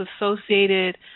associated